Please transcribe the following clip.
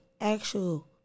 actual